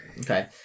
Okay